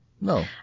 no